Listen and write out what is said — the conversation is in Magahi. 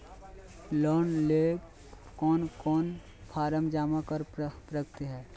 लोन लेवे ले कोन कोन फॉर्म जमा करे परते?